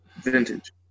Vintage